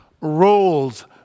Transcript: roles